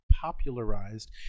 popularized